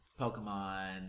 pokemon